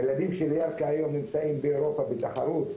הילדים של ירכא היום נמצאים באירופה בתחרות,